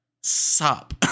Sup